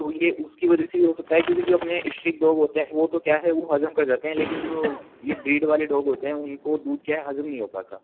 तो ये उसकी वजह से भी हो सकता है क्योंकि जो अपने स्ट्रीट डॉग होते हैं वो तो क्या है वो हज़म कर जाते हैं लेकिन जो ये ब्रीड वाले डॉग होते हैं उनको दूध क्या है हज़म नहीं हो पाता